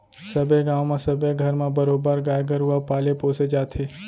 सबे गाँव म सबे घर म बरोबर गाय गरुवा पाले पोसे जाथे